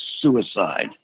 suicide